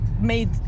made